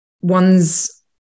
one's